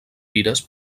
fires